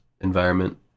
environment